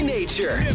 Nature